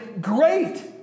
great